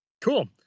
Cool